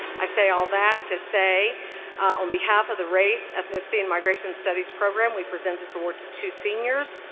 i say all that to say on behalf of the race, ethnicity, and migration studies program we present this award to two seniors.